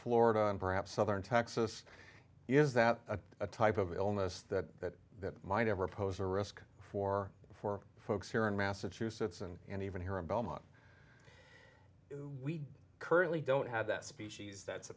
florida and perhaps southern texas is that a type of illness that that might ever pose a risk for for folks here in massachusetts and even here in belmont we currently don't have that species that's